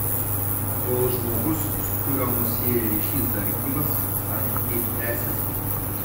kol žmogus su kuriuo mus sieja ryšys dar gyvas santykiai tęsiasi